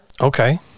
Okay